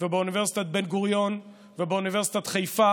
באוניברסיטת בן-גוריון, באוניברסיטת חיפה